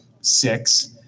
six